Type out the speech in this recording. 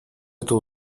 эта